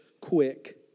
quick